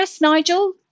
nigel